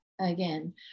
again